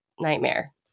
nightmare